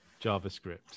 JavaScript